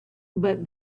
but